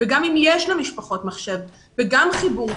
גם אם יש למשפחות מחשב וגם חיבור,